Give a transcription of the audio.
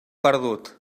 perdut